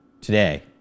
today